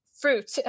fruit